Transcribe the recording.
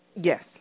Yes